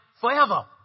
forever